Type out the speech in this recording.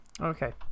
Okay